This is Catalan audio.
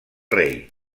rei